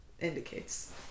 indicates